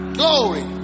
glory